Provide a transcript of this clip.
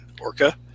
Orca